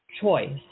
choice